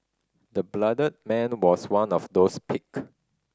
the bloodied man was one of those picked